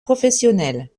professionnels